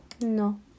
No